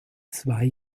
zwei